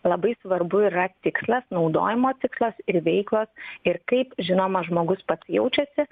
labai svarbu yra tikslas naudojimo tikslas ir veiklos ir kaip žinoma žmogus pats jaučiasi